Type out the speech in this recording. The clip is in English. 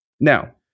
Now